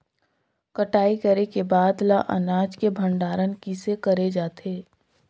कटाई करे के बाद ल अनाज के भंडारण किसे करे जाथे?